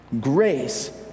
Grace